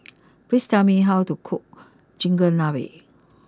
please tell me how to cook Chigenabe